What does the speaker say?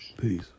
Peace